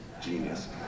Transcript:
genius